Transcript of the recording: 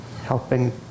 helping